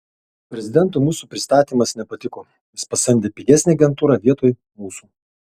prezidentui mūsų pristatymas nepatiko jis pasamdė pigesnę agentūrą vietoj mūsų